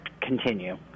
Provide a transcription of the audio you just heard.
continue